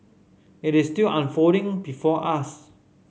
it is still unfolding before us